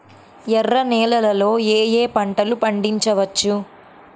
ఎర్ర నేలలలో ఏయే పంటలు పండించవచ్చు?